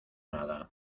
nada